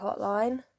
Hotline